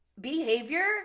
behavior